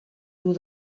dur